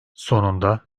sonunda